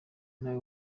nawe